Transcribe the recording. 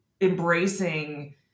embracing